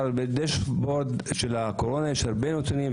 בדשבורד של הקורונה יש הרבה נתונים,